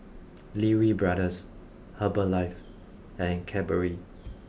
Lee Wee Brothers Herbalife and Cadbury